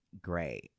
great